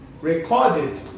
recorded